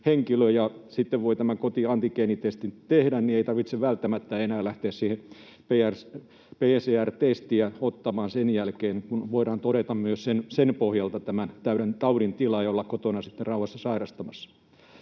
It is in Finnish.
henkilö ja sitten voi tämän kotiantigeenitestin tehdä, niin ei tarvitse välttämättä enää lähteä sitä PCR-testiä ottamaan tämän jälkeen, kun voidaan todeta myös sen pohjalta tämän taudin tila ja olla kotona sitten rauhassa sairastamassa.